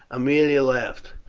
aemilia laughed.